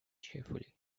cheerfully